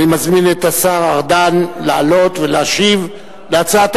אני מזמין את השר ארדן לעלות ולהשיב על הצעת